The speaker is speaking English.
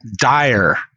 dire